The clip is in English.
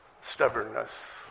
stubbornness